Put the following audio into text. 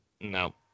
No